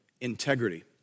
Integrity